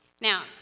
Now